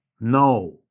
No